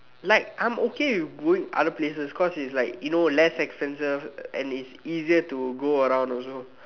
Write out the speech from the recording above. like I'm okay with going other places cause it's like you know less expenses and it's easier to go around also